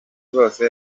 bose